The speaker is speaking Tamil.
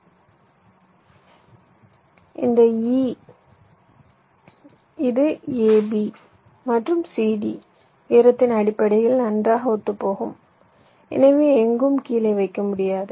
இந்த e இது a b மற்றும் c d உயரத்தின் அடிப்படையில் நன்றாக ஒத்துப்போகும் எனவே எங்கும் கீழே வைக்க முடியாது